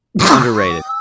Underrated